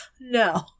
No